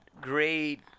great